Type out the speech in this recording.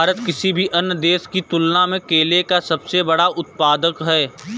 भारत किसी भी अन्य देश की तुलना में केले का सबसे बड़ा उत्पादक है